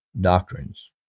doctrines